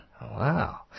Wow